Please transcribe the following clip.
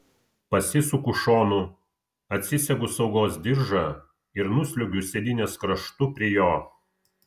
pasisuku šonu atsisegu saugos diržą ir nusliuogiu sėdynės kraštu prie jo